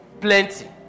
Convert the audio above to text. plenty